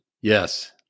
Yes